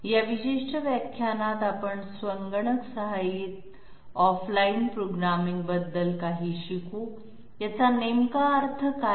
या विशिष्ट व्याख्यानात आपण संगणक सहाय्यित ऑफ लाइन प्रोग्रामिंगबद्दल काही शिकू याचा नेमका अर्थ काय